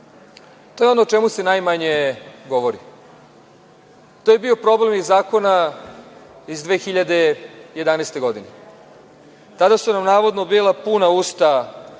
To je ono o čemu se najmanje govori. To je bio problem i zakona iz 2011. godine. Tada su nam navodno bila puna usta